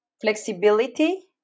flexibility